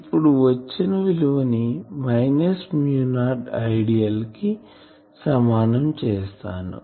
ఇప్పుడు వచ్చిన విలువని మైనస్ మ్యూ నాట్ Idl కి సమానం చేస్తాను